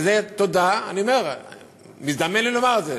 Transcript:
וזה הודות, מזדמן לי לומר את זה,